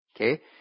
Okay